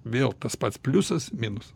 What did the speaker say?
vėl tas pats pliusas minusa